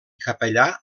capellà